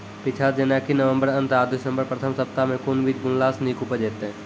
पीछात जेनाकि नवम्बर अंत आ दिसम्बर प्रथम सप्ताह मे कून बीज बुनलास नीक उपज हेते?